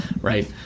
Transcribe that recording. right